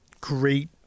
great